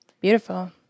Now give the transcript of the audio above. Beautiful